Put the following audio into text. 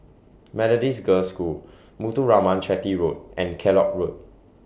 Methodist Girls' School Muthuraman Chetty Road and Kellock Road